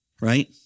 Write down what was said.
right